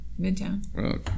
Midtown